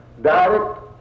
Direct